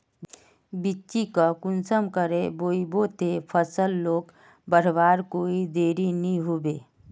बिच्चिक कुंसम करे बोई बो ते फसल लोक बढ़वार कोई देर नी होबे?